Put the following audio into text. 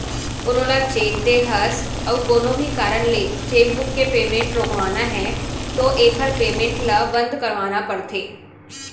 कोनो ल चेक दे हस अउ कोनो भी कारन ले चेकबूक के पेमेंट रोकवाना है तो एकर पेमेंट ल बंद करवाना परथे